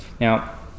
Now